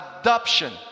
adoption